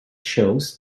shows